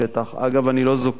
אגב, אני לא זוקף את זה